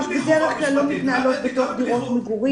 בדרך כלל לא מתנהלות בתוך דירות מגורים.